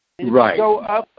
Right